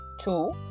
two